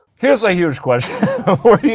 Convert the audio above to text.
here's a huge question for